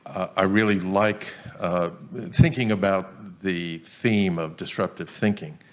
i really like thinking about the theme of disruptive thinking